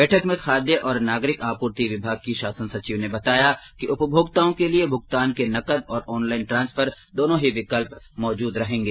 बैठक में खाद्य और नागरिक आपूर्ति विभाग की शासन सर्चिव ने बताया कि उपभोक्ताओं के लिये भुगतान के नकद और ऑनलाईन ट्रांसफर दोंनो ही विकल्प मौजूद रहेंगे